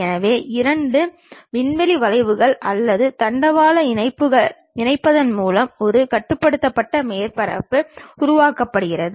எனவே இரண்டு விண்வெளி வளைவுகள் அல்லது தண்டவாளங்களை இணைப்பதன் மூலம் ஒரு கட்டுப்படுத்தப்பட்ட மேற்பரப்பு உருவாக்கப்படுகிறது